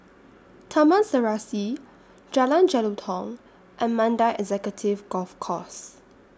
Taman Serasi Jalan Jelutong and Mandai Executive Golf Course